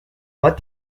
what